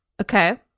Okay